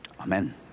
amen